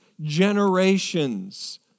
generations